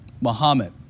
Muhammad